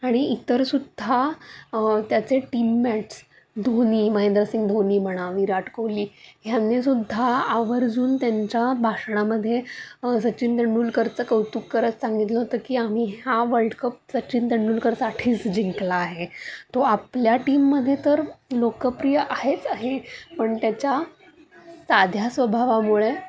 आणि इतरसुद्धा त्याचे टीममेट्स धोनी महेंद्रसिंग धोनी म्हणा विराट कोहली ह्यांनीसुद्धा आवर्जून त्यांच्या भाषणामध्ये सचिन तेंडुलकरचं कौतुक करत सांगितलं होतं की आम्ही हा वल्डकप सचिन तेंडुलकरसाठीच जिंकला आहे तो आपल्या टीममध्ये तर लोकप्रिय आहेच आहे पण त्याच्या साध्या स्वभावामुळे